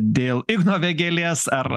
dėl igno vėgėlės ar